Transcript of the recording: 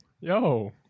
Yo